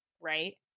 right